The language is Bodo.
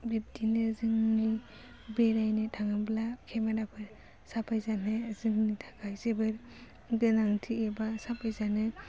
बिब्दिनो जोंनि बेरायनो थाङोब्ला केमेराफोर साफायजानो जोंनि थाखाय जोबोद गोनांथि एबा साफायजानो